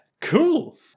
Cool